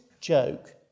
joke